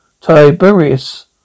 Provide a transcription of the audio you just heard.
Tiberius